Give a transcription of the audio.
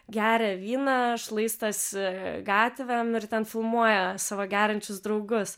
geria vyną šlaistaisi gatvėm ir ten filmuoja savo geriančius draugus